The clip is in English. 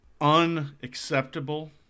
Unacceptable